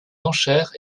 enchères